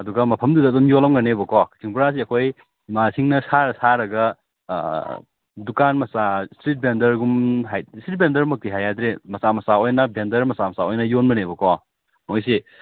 ꯑꯗꯨꯒ ꯃꯐꯝꯗꯨꯗ ꯑꯗꯨꯝ ꯌꯣꯜꯂꯝꯒꯅꯦꯕꯀꯣ ꯀꯛꯆꯤꯡ ꯕꯣꯔꯥꯁꯤ ꯑꯩꯈꯣꯏ ꯏꯃꯥꯁꯤꯡꯅ ꯁꯥꯔ ꯁꯥꯔꯒ ꯗꯨꯀꯥꯟ ꯃꯆꯥ ꯏꯁꯇ꯭ꯔꯤꯠ ꯕꯦꯟꯗꯔꯒꯨꯝ ꯏꯁꯇ꯭ꯔꯤꯠ ꯕꯦꯟꯗꯔ ꯃꯛꯇꯤ ꯍꯥꯏ ꯌꯥꯗ꯭ꯔꯦ ꯃꯆꯥ ꯃꯆꯥ ꯑꯣꯏꯅ ꯕꯦꯟꯗꯔ ꯃꯆꯥ ꯃꯆꯥ ꯑꯣꯏꯅ ꯌꯣꯟꯕꯅꯦꯕꯀꯣ ꯃꯣꯏꯁꯦ